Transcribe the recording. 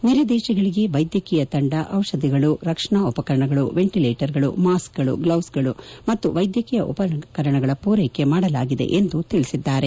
ನೆರೆ ದೇಶಗಳಿಗೆ ವೈದ್ಯಕೀಯ ತಂಡ ದಿಷಧಿಗಳು ರಕ್ಷಣಾ ಉಪಕರಣಗಳು ವೆಂಟಿಲೇಟರ್ಗಳು ಮಾಸ್ಕಗಳು ಗ್ಲೌಸ್ಗಳು ಮತ್ತು ವೈದ್ಯಕೀಯ ಉಪಕರಣಗಳನ್ನು ಪೂರೈಕೆ ಮಾಡಲಾಗಿದೆ ಎಂದು ಅವರು ತಿಳಿಸಿದ್ಲಾರೆ